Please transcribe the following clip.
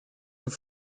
sont